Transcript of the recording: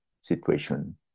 situation